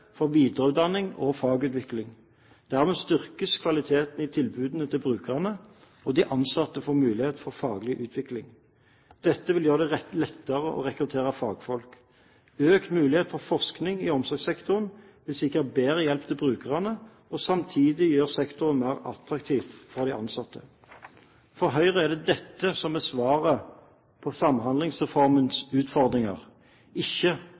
for videreutdanning og fagutvikling. Dermed styrkes kvaliteten i tilbudet til brukerne, og de ansatte får mulighet for faglig utvikling. Dette vil gjøre det lettere å rekruttere fagfolk. Økt mulighet for forskning i omsorgssektoren vil sikre bedre hjelp til brukerne og samtidig gjøre sektoren mer attraktiv for de ansatte. For Høyre er det her svaret på Samhandlingsreformens utfordringer ligger, ikke